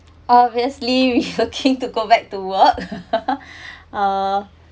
obviously we are keen to go back to work uh